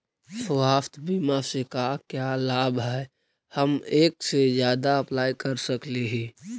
स्वास्थ्य बीमा से का क्या लाभ है हम एक से जादा अप्लाई कर सकली ही?